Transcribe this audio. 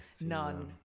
None